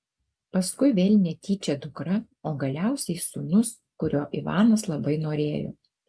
paskui vėl netyčia dukra o galiausiai sūnus kurio ivanas labai norėjo